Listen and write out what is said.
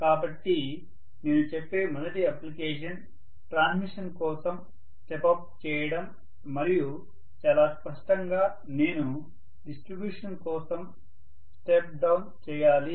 కాబట్టి నేను చెప్పే మొదటి అప్లికేషన్ ట్రాన్స్మిషన్ కోసం స్టెప్ అప్ చేయడం మరియు చాలా స్పష్టంగా నేను డిస్ట్రిబ్యూషన్ కోసం స్టెప్ డౌన్ చేయాలి